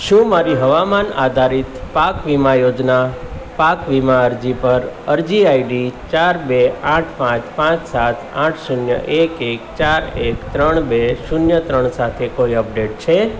શું મારી હવામાન આધારિત પાક વીમા યોજના પાક વીમા અરજી પર અરજી આઈડી ચાર બે આઠ પાંચ પાંચ સાત આઠ શૂન્ય એક એક ચાર એક ત્રણ બે શૂન્ય ત્રણ સાથે કોઈ અપડેટ છે